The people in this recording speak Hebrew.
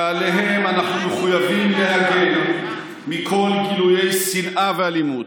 שעליהם אנחנו מחויבים להגן מכל גילוי שנאה ואלימות.